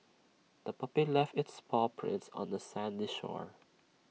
the puppy left its paw prints on the sandy shore